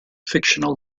fictional